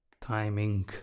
timing